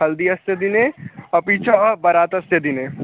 हल्दि अस्य दिने अपि च बरातस्य दिने